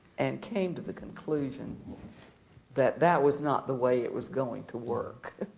and came to the conclusion that that was not the way it was going to work